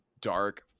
dark